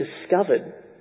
discovered